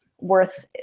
worth